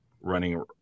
running